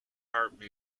harp